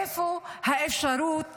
איפה האפשרות